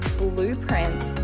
blueprints